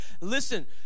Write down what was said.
Listen